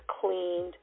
cleaned